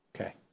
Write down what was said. Okay